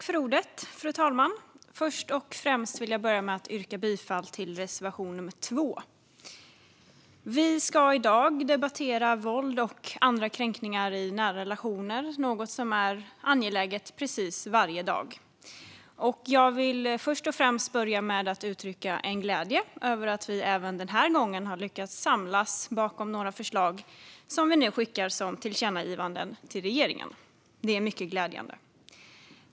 Fru talman! Först och främst vill jag yrka bifall till reservation nummer 2. Vi debatterar i dag våld och andra kränkningar i nära relationer, något som är angeläget precis varje dag. Jag vill börja med att uttrycka glädje över att vi även denna gång har lyckats samla oss bakom några förslag som vi nu skickar som tillkännagivanden till regeringen. Det är mycket glädjande.